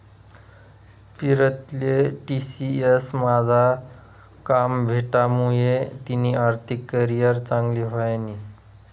पीरतीले टी.सी.एस मझार काम भेटामुये तिनी आर्थिक करीयर चांगली व्हयनी